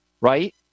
right